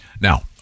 Now